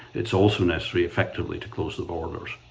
it's also necessary, effectively, to close the borders,